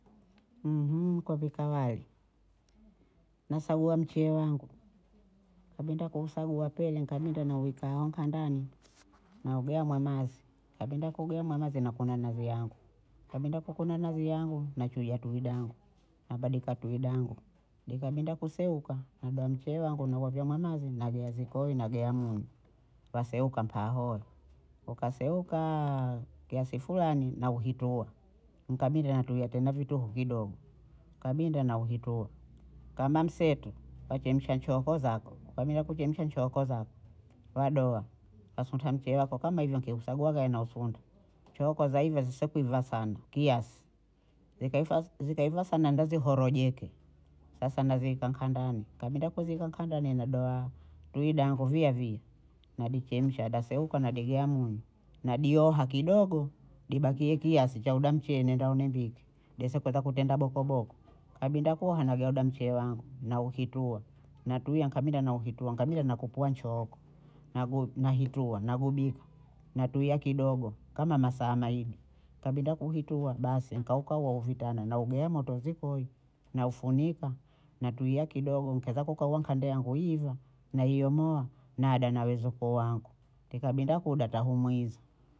kwapika wali nasagua mcheye wangu, nikabinda kuusagua pele kabinda nauweka nkandani, naugea mwe mazi, nkabinda kuugea mwe mazi nakuna nazi yangu, nkabinda kukuna nazi yangu nachuja tui dangu, nabadika tui dangu, likabinda kuseuka nadoha mcheye wangu nauwagea mwe mazi navea zikoi nagea munyu, waseuka mpaho, ukaseukaaa kiasi Fulani nauhitua, nikabinda natulia tena vituhu kidogo kabinda nauhitua, kama mseto wachemsha chooko zako, kabinda kuchemsha nchooko zako wadoha, wasunta mcheye wako kama hivyo nikiusaguaga nauhusunta, chooko zaiva zisha kuiva sana kiasi, zikaiva si- zikaiva sana nenda zihorojeke, sasa nazieka nkandani, nkabinda kuzieka nkandani nadoha tui dangu viyaviya nadichemsha nadiseuka nadigea munyu nadioha kidogo dibakie kiasi cha huda mcheye nendao nimbike desa kutenda bokoboko, kabinda kuha nagawa huda mcheye wangu nauhitua natuyia nikabinda nauhitua nikabinda kupuwa nchooko nagu nahitua nagubika atuyia kidogo kama masaa mahitu, kabinda kuhitua basi nkauka huo huvitana naugea moto zikoi, naufunika natulia kidogo nkaeza kukauwa nkande yangu iva naihomoa nada na wezukuu wangu tikabinda kuda tahumwiza